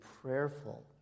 prayerful